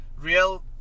Real